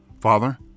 Father